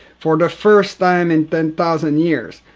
for the first time in ten thousand years,